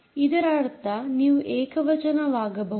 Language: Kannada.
ಅದರ ಅರ್ಥ ನೀವು ಏಕವಚನವಾಗಬಹುದು